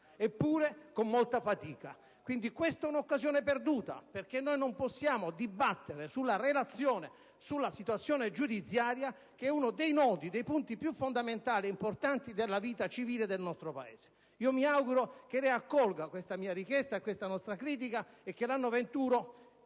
e pure con molta fatica. Quindi, questa è un'occasione perduta, perché non possiamo dibattere sulla relazione sulla situazione giudiziaria, uno dei nodi e dei punti fondamentali e più importanti della vita civile del nostro Paese. Mi auguro che lei accolga questa richiesta e questa nostra critica e che l'anno